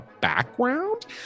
background